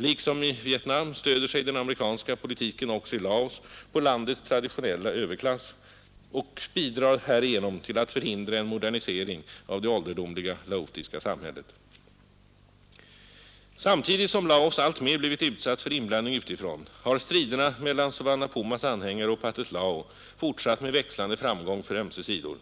Liksom i Vietnam stöder sig den amerikanska politiken också i Laos på landets traditionella överklass och bidrar härigenom till att förhindra en modernisering av det ålderdomliga laotiska samhället. Samtidigt som Laos alltmer blivit utsatt för inblandning utifrån har striderna mellan Souvanna Phoumas anhängare och Pathet Lao fortsatt med växlande framgång för ömse sidor.